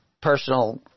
personal